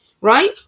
right